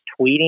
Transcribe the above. tweeting